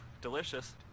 delicious